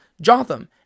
Jotham